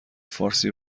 فارسی